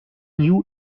new